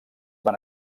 van